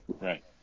Right